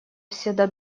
всегда